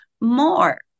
more